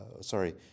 Sorry